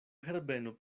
herbeno